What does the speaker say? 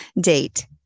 date